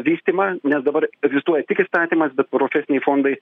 vystymą nes dabar egzistuoja tik įstatymas bet profesiniai fondai